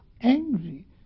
angry